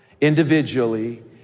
individually